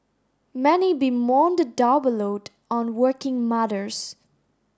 many bemoan the double load on working mothers